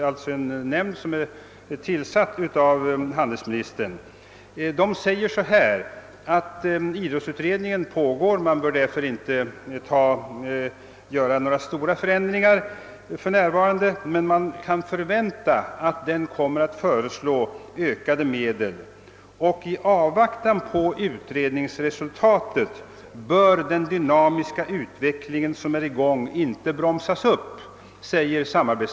Det är en nämnd som tillsatts av handelsministern, och den har påpekat att några stora förändringar inte för närvarande bör göras eftersom idrottsutredningen arbetar. Men nämnden framhåller att det kan förväntas att utredningen föreslår att ökade medel ställs till förfogande, och i avvaktan på utredningsresultatet bör den dynamiska utveckling som är i gång inte bromsas.